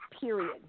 Period